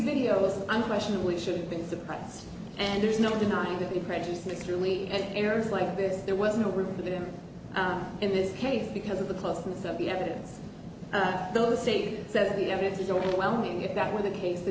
videos unquestionably should have been surprise and there's no denying that the prejudice really and errors like this there was no room for them in this case because of the closeness of the evidence though see so the evidence is overwhelming if that were the case the